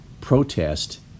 protest